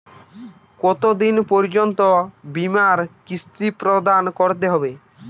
কতো দিন পর্যন্ত বিমার কিস্তি প্রদান করতে হবে?